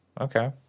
Okay